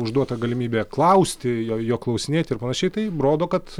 užduota galimybė klausti jo jo klausinėti ir panašiai tai rodo kad